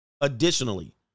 additionally